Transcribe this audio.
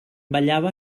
ballava